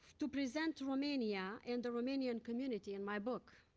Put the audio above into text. to present romania and the romanian community in my book.